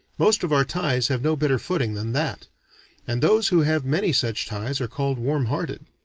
most of our ties have no better footing than that and those who have many such ties are called warm-hearted.